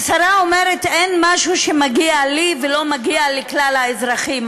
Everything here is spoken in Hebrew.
השרה אומרת: אין משהו שמגיע לי ולא מגיע לכלל האזרחים.